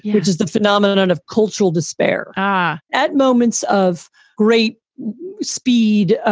which is the phenomenon of cultural despair ah at moments of great speed.